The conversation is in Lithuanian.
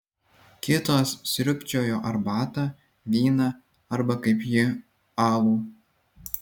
kitos sriubčiojo arbatą vyną arba kaip ji alų